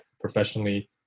professionally